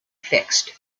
fixed